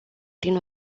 prin